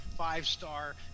five-star